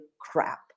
crap